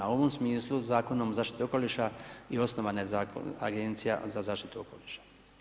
U ovom smislu Zakonom o zaštiti okoliša i osnovana je Agencija za zaštitu okoliša.